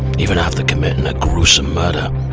even after committing a gruesome murder